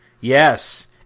Yes